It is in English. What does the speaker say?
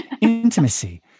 intimacy